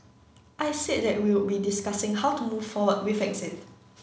I said that we'll be discussing how to move forward with exit